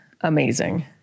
amazing